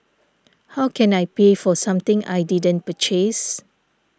how can I pay for something I didn't purchase